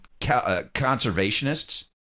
conservationists